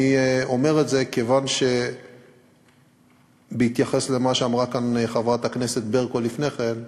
אני אומר את זה כיוון שבהתייחס למה שאמרה כאן חברת הכנסת ברקו לפני כן,